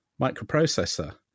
microprocessor